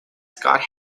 scott